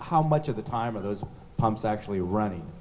how much of the time of those pumps actually running